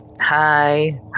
Hi